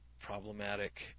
problematic